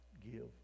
give